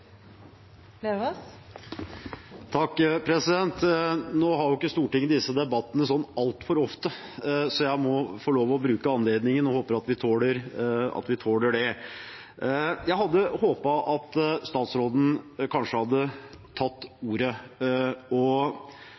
Nå har ikke Stortinget disse debattene så altfor ofte, så jeg må få lov til å bruke anledningen og håper at vi tåler det. Jeg hadde håpet at statsråden kanskje hadde tatt ordet og